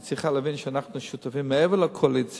היא צריכה להבין שאנחנו שותפים מעבר לקואליציה,